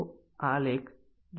મને પુનરાવર્તન કરવા દો